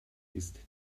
ist